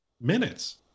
minutes